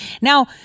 Now